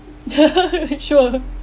sure